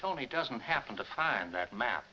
tony doesn't happen to find that map